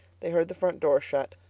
they heard the front door shut.